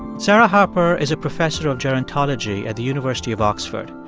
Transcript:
sarah harper is a professor of gerontology at the university of oxford.